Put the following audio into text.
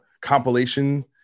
compilation